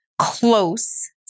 close